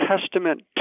testament